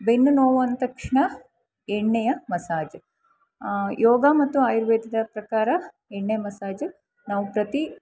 ಬೆನ್ನು ನೋವು ಅಂದತಕ್ಷಣ ಎಣ್ಣೆಯ ಮಸಾಜು ಯೋಗ ಮತ್ತು ಆಯುರ್ವೇದದ ಪ್ರಕಾರ ಎಣ್ಣೆ ಮಸಾಜು ನಾವು ಪ್ರತಿ